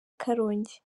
karongi